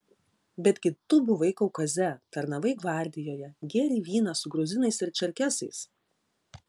betgi tu buvai kaukaze tarnavai gvardijoje gėrei vyną su gruzinais ir čerkesais